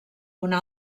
una